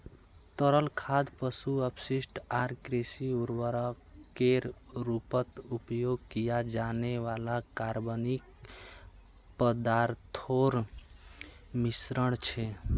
तरल खाद पशु अपशिष्ट आर कृषि उर्वरकेर रूपत उपयोग किया जाने वाला कार्बनिक पदार्थोंर मिश्रण छे